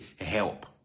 help